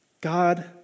God